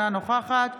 אינה נוכחת